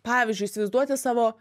pavyzdžiui įsivaizduoti savo